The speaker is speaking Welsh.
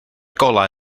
golau